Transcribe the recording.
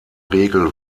regel